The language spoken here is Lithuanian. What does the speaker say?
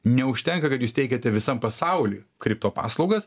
neužtenka kad jūs teikiate visam pasauliui kripto paslaugas